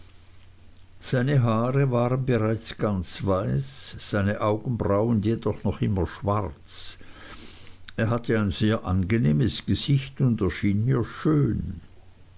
seine haare waren bereits ganz weiß seine augenbrauen jedoch immer noch schwarz er hatte ein sehr angenehmes gesicht und erschien mir schön